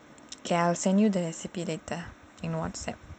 okay I will send you the recipe later in WhatsApp